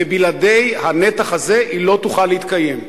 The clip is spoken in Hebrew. ובלעדי הנתח הזה היא לא תוכל להתקיים.